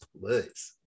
please